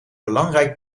belangrijk